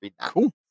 Cool